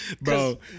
Bro